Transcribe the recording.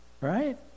right